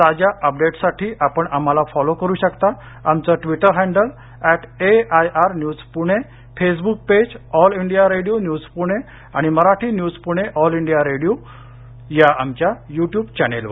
ताज्या अपडेट्ससाठी आपण आम्हाला फॉलो करु शकता आमचं Twitter handle at AIR news Pune Facebook page All India Radio news Pune आणि Marathi news Pune All India Radio या आमच्या युट्युब चॅनेलवर